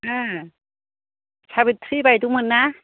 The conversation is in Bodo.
साबिथ्रि बायद' मोनना